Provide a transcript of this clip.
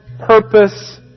purpose